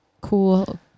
cool